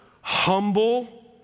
humble